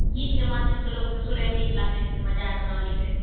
गीतके माध्यमसँ लोककेँ सुनयमे नीक लागैत छै मजा आबि रहल छै